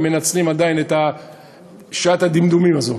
הם מנצלים עדיין את שעת הדמדומים הזאת.